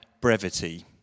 brevity